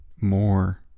more